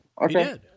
Okay